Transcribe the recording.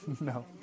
No